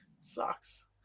sucks